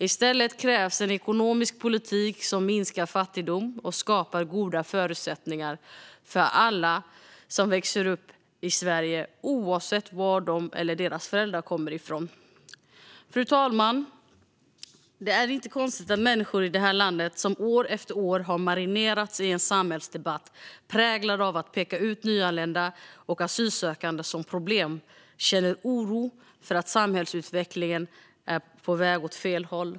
I stället krävs en ekonomisk politik som minskar fattigdom och skapar goda förutsättningar för alla som växer upp i Sverige, oavsett var de eller deras föräldrar kommer ifrån. Fru talman! Det är inte konstigt att människor i det här landet, som år efter år har marinerats i en samhällsdebatt präglad av att peka ut nyanlända och asylsökande som problem, känner oro för att samhällsutvecklingen är på väg åt fel håll.